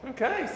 Okay